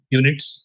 units